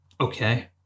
Okay